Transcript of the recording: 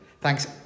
Thanks